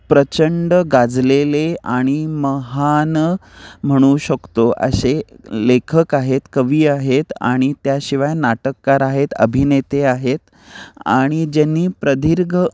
प्रचंड गाजलेले आणि महान म्हणू शकतो असे लेखक आहेत कवी आहेत आणि त्याशिवाय नाटककार आहेत अभिनेते आहेत आणि ज्यांनी प्रदीर्घ